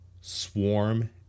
swarm